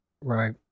Right